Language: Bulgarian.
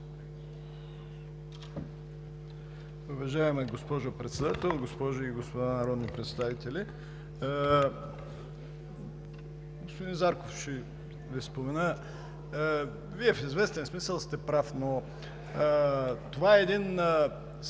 Уважаема госпожо Председател, госпожи и господа народни представители! Господин Зарков, Вие в известен смисъл сте прав, но това е един специфичен